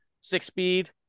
six-speed